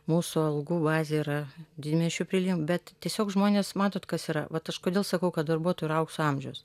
mūsų algų bazė yra didmiesčių prilim bet tiesiog žmonės matot kas yra vat aš kodėl sakau kad darbuotojų yra aukso amžiaus